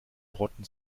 rotten